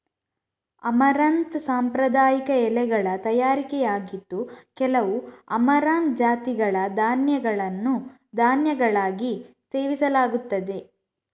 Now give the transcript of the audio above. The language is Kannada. ಅಮರಂಥ್ ಸಾಂಪ್ರದಾಯಿಕ ಎಲೆಗಳ ತರಕಾರಿಯಾಗಿದ್ದು, ಕೆಲವು ಅಮರಂಥ್ ಜಾತಿಗಳ ಧಾನ್ಯಗಳನ್ನು ಧಾನ್ಯಗಳಾಗಿ ಸೇವಿಸಲಾಗುತ್ತದೆ